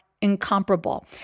incomparable